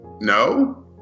No